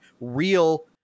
real